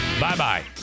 Bye-bye